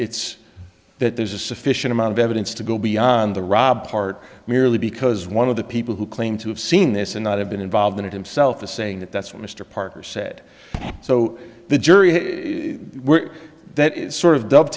it's that there's a sufficient amount of evidence to go beyond the rob part merely because one of the people who claim to have seen this and not have been involved in it himself is saying that that's what mr parker said so the jury were sort of d